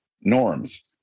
norms